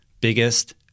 Biggest